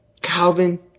calvin